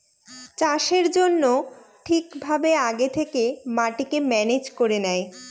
চাষের জন্য ঠিক ভাবে আগে থেকে মাটিকে ম্যানেজ করে নেয়